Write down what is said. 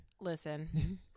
Listen